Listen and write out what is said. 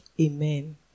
Amen